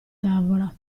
tavola